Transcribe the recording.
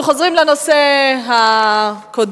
אנחנו חוזרים לנושא הקודם,